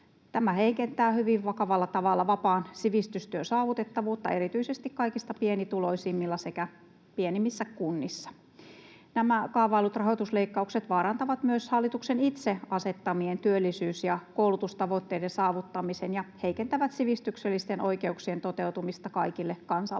Tämä heikentää hyvin vakavalla tavalla vapaan sivistystyön saavutettavuutta erityisesti kaikista pienituloisimmilla sekä pienimmissä kunnissa. Nämä kaavaillut rahoitusleikkaukset vaarantavat myös hallituksen itse asettamien työllisyys- ja koulutustavoitteiden saavuttamisen ja heikentävät sivistyksellisten oikeuksien toteutumista kaikille kansalaisille.